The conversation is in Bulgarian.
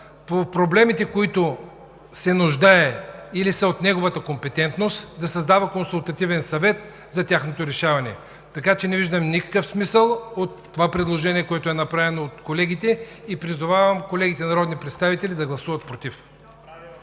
по проблемите, които се нуждаят или са от неговата компетентност, да създава Консултативен съвет за тяхното решаване. Не виждам никакъв смисъл от предложението, което е направено от колегите, и призовавам колегите народни представители да гласуват „против“.